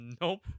nope